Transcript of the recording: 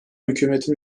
hükümetin